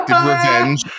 revenge